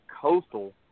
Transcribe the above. coastal